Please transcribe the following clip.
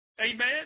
Amen